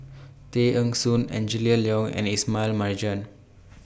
Tay Eng Soon Angela Liong and Ismail Marjan